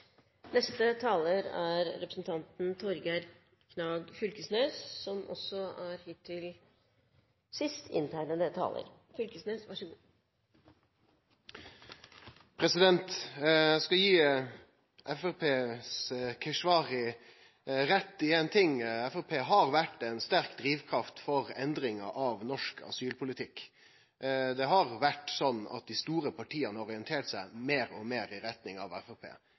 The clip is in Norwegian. til. Eg skal gi Keshvari frå Framstegspartiet rett i éin ting: Framstegspartiet har vore ei sterk drivkraft for endringa av norsk asylpolitikk. Det har vore sånn at dei store partia har orientert seg meir og meir i retning av